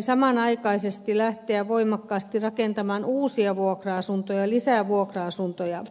samanaikaisesti lähteä voimakkaasti rakentamaan uusia vuokra asuntoja lisää vuokra asuntoja